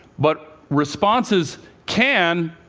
but responses can